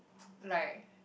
like